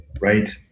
Right